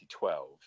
2012